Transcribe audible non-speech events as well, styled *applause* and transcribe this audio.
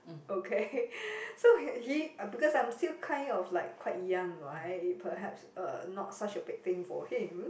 okay *laughs* so he he because I'm still kind of like quite young right perhaps uh not such a big thing for him